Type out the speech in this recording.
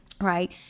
right